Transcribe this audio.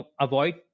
avoid